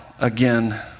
again